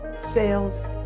Sales